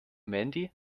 mandy